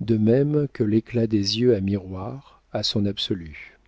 de même que l'éclat des yeux à miroir a son absolu